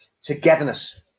Togetherness